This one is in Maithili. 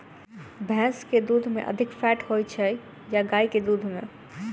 भैंस केँ दुध मे अधिक फैट होइ छैय या गाय केँ दुध में?